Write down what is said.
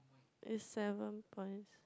is seven points